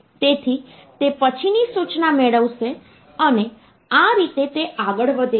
તેથી તે પછીની સૂચના મેળવશે અને આ રીતે તે આગળ વધે છે